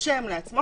רושם לעצמו,